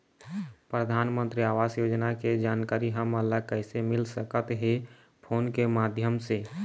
परधानमंतरी आवास योजना के जानकारी हमन ला कइसे मिल सकत हे, फोन के माध्यम से?